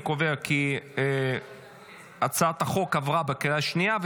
אני קובע כי הצעת החוק עברה בקריאה השנייה.